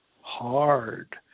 hard